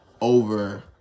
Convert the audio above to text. over